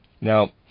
Now